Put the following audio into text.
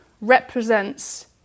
represents